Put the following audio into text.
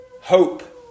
hope